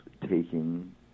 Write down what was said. taking